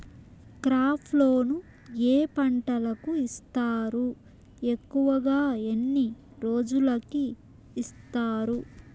crop loan ఏ పంటలకు ఇస్తారు ఎక్కువగా ఎన్ని రోజులకి ఇస్తారు